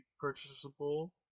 purchasable